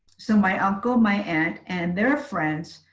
so my uncle, my aunt and their friends.